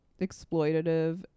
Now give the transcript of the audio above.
exploitative